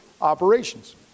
operations